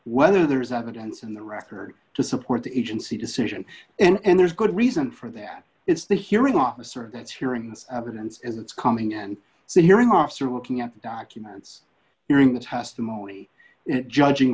whether there is evidence in the record to support the agency decision and there's good reason for that it's the hearing officer that's hearing this evidence as it's coming in so hearing officer looking at the documents hearing the testimony and judging